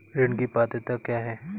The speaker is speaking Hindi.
ऋण की पात्रता क्या है?